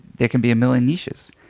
there can be a million niches.